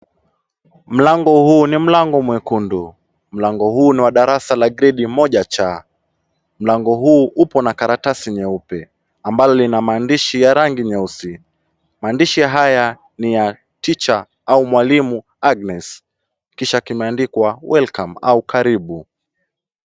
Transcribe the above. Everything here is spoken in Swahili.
Mlango huu ni mlango mwekundu. Mlango huu ni darasa la Gredi ya 1C. Mlango huu uko na karatasi nyeupe ambalo lina maandishi ya rangi nyeusi. Maandishi haya ni ya teacher au mwalimu Agnes, kisha kimeandikwa welcome au karibu.